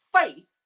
faith